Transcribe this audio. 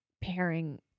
pairing